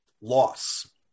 loss